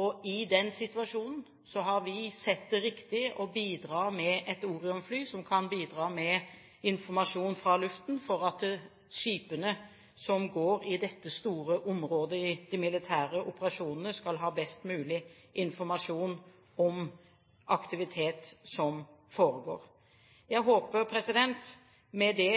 og i den situasjonen har vi sett det riktig å bidra med et Orion-fly, som kan bidra med informasjon fra luften for at skipene som går i dette store området i de militære operasjonene, skal ha best mulig informasjon om aktivitet som foregår. Jeg håper med det